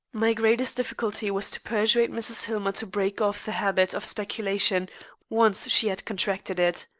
my greatest difficulty was to persuade mrs. hillmer to break off the habit of speculation once she had contracted it.